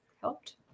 helped